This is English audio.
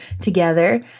together